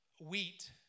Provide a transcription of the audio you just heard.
wheat